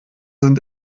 sind